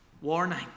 warning